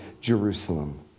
Jerusalem